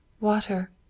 Water